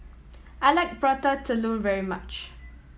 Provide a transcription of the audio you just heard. I like Prata Telur very much